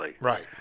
right